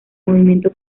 movimiento